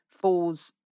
falls